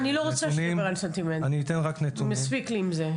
אני לא רוצה שתדבר על הסנטימנט, מספיק לי עם זה.